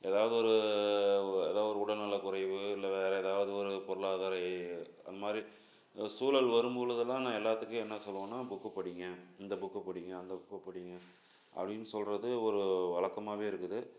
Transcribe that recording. ஏதாவது ஒரு ஏதாவது ஒரு உடல்நலக் குறைவு இல்லை வேற ஏதாவது ஒரு பொருளாதார எ அந்த மாதிரி சூழல் வரும்பொழுதெல்லாம் நான் எல்லாத்துக்கும் என்ன சொல்லுவேன்னா புக்கு படியுங்க இந்த புக்கை படியுங்க அந்த புக்கை படியுங்க அப்படின்னு சொல்கிறது ஒரு வழக்கமாவே இருக்குது